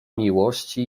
miłości